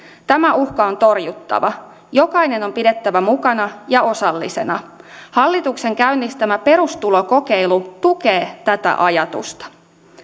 tämä uhka on torjuttava jokainen on pidettävä mukana ja osallisena hallituksen käynnistämä perustulokokeilu tukee tätä ajatusta